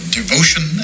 devotion